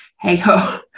hey-ho